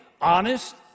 honest